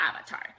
avatar